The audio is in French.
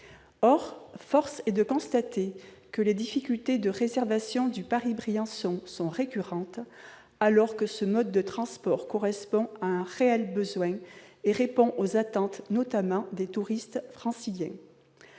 Or force est de constater que les difficultés de réservation pour le Paris-Briançon sont récurrentes, alors que ce mode de transport correspond à un réel besoin et répond aux attentes, notamment des touristes franciliens.